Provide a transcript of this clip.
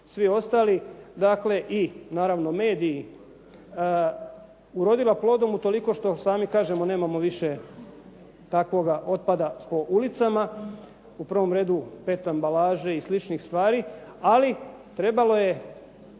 svi ostali, dakle, naravno i mediji urodila plodom utoliko što sami kažemo nemamo više takvoga otpada po ulicama, u prvom redu pet ambalaži i sličnih stvari, ali trebalo je